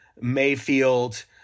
Mayfield